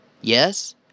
Yes